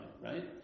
right